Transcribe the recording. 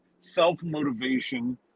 self-motivation